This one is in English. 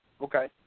okay